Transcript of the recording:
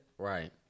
Right